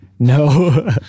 No